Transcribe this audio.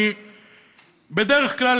בדרך כלל,